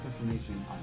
information